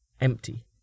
empty